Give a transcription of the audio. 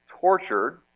tortured